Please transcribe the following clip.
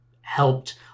helped